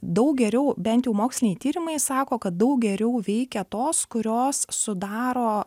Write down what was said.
daug geriau bent jau moksliniai tyrimai sako kad daug geriau veikia tos kurios sudaro